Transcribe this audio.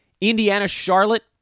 Indiana-Charlotte